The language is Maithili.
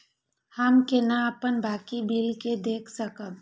हम केना अपन बाकी बिल के देख सकब?